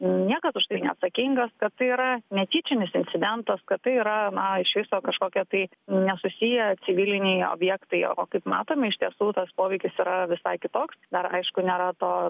niekas už tai neatsakingas kad tai yra netyčinis incidentas kad tai yra na iš viso kažkokie tai nesusiję civiliniai objektai o kaip matome iš tiesų tas poveikis yra visai kitoks dar aišku nėra to